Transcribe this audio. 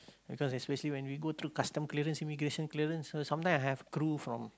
because especially when we go through custom clearance immigration clearance so sometime I have crew from